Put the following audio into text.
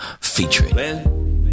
featuring